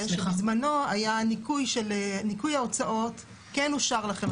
זה שבזמנו הבטחת ניכוי ההוצאות כן אושרה לכם,